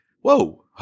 Whoa